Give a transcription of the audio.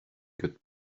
good